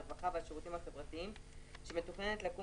הרווחה והשירותים החברתיים שמתוכננת לקום